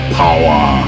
power